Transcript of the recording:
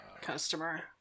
customer